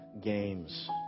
games